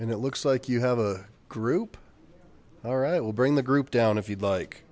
and it looks like you have a group all right will bring the group down if you'd like